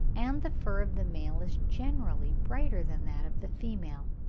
and the fur of the male is generally brighter than that of the female.